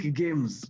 games